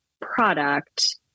product